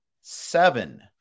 seven